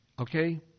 okay